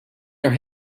your